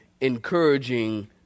encouraging